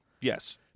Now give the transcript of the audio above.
Yes